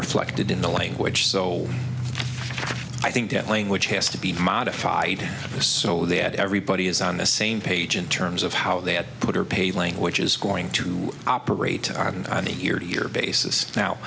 reflected in the language so i think that language has to be modified just so that everybody is on the same page in terms of how they had put or paid language is going to operate on a year to year basis now